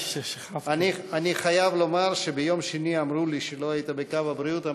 אני חייב לומר שביום שני אמרו לי שלא היית בקו הבריאות.